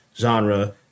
genre